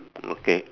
okay